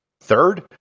Third